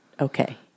okay